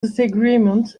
disagreement